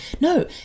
No